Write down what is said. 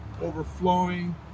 overflowing